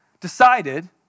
decided